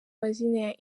mazina